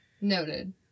Noted